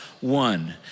one